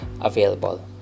available